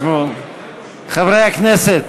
חברי הכנסת,